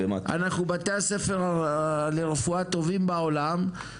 ולכן הסיפור הזה של הנגשת השכלה גבוהה תלוי אך ורק במלגת פריפריה.